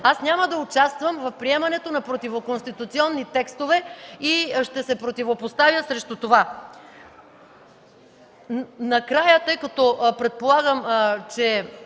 аз няма да участвам в приемането на противоконституционни текстове и ще се противопоставя срещу това.